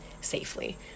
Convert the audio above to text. safely